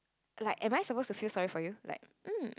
like am I supposed to feel sorry for you like mm